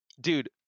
Dude